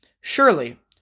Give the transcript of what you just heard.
Surely